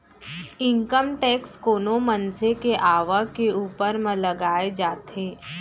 income tax कोनो मनसे के आवक के ऊपर म लगाए जाथे